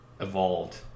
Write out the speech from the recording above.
evolved